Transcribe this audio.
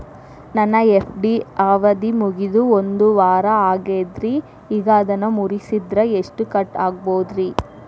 ನನ್ನ ಎಫ್.ಡಿ ಅವಧಿ ಮುಗಿದು ಒಂದವಾರ ಆಗೇದ್ರಿ ಈಗ ಅದನ್ನ ಮುರಿಸಿದ್ರ ಎಷ್ಟ ಕಟ್ ಆಗ್ಬೋದ್ರಿ?